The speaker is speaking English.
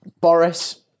Boris